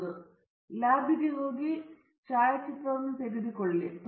ಮುಂದಿನ ಉದಾಹರಣೆ ನಾನು ನಿಮಗೆ ಛಾಯಾಚಿತ್ರ ತೋರಿಸಲು ಹೋಗುತ್ತೇನೆ